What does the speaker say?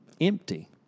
empty